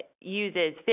uses